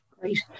Great